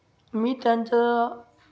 मी त्यांचं